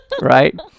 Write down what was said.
right